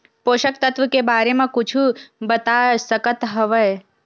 पोषक तत्व के बारे मा कुछु बता सकत हवय?